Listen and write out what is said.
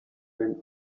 when